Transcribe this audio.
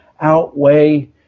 outweigh